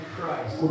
Christ